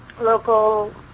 local